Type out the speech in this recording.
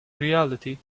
reality